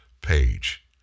page